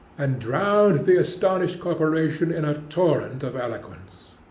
and drowned the astonished corporation in a torrent of eloquence.